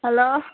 hello